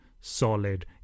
Solid